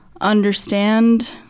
understand